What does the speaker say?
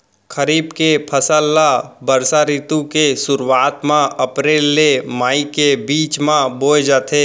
खरीफ के फसल ला बरसा रितु के सुरुवात मा अप्रेल ले मई के बीच मा बोए जाथे